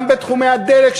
גם בתחומי הדלק,